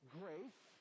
grace